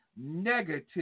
negative